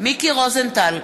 מיקי רוזנטל,